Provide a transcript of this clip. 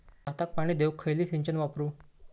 भाताक पाणी देऊक खयली सिंचन वापरू?